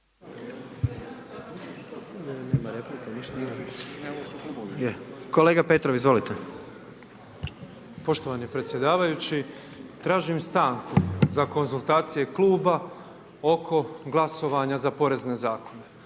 Kolega Petrov, izvolite. **Petrov, Božo (MOST)** Poštovani predsjedavajući, tražim stanku za konzultacije kluba oko glasovanja za Porezne zakone,